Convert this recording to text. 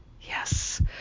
Yes